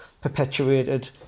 perpetuated